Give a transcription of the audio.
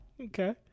Okay